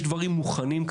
יש דברים מוכנים,